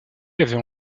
avait